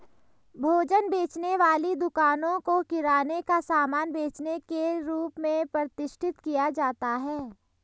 भोजन बेचने वाली दुकानों को किराने का सामान बेचने के रूप में प्रतिष्ठित किया जाता है